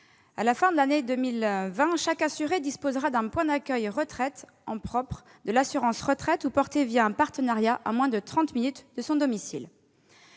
À la fin de l'année 2020, chaque assuré disposera d'un point d'accueil retraite propre à l'assurance retraite ou mis en place un partenariat, situé à moins de trente minutes de son domicile.